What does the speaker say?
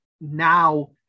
now